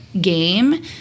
game